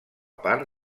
part